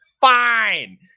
fine